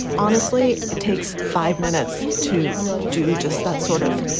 honestly, it takes five minutes to do just that. sort of.